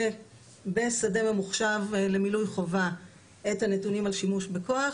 בשדה ממוחשב למילוי חובה את הנתונים על שימוש בכוח,